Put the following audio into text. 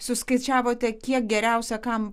suskaičiavote kiek geriausia kam